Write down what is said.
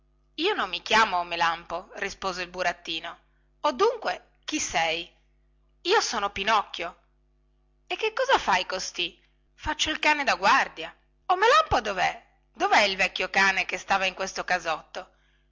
io non mi chiamo melampo rispose il burattino o dunque chi sei io sono pinocchio e che cosa fai costì faccio il cane di guardia o melampo dovè dovè il vecchio cane che stava in questo casotto